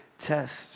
tests